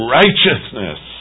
righteousness